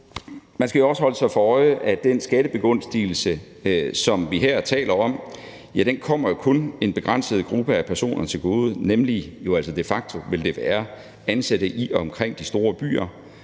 man skal også holde sig for øje, at den skattebegunstigelse, som vi her taler om, jo kun kommer en begrænset gruppe af personer til gode, nemlig de facto ansatte i og omkring de store byer,